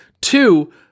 Two